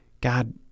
God